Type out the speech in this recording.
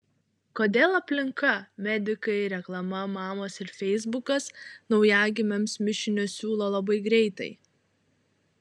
kodėl aplinka medikai reklama mamos ir feisbukas naujagimiams mišinius siūlo labai greitai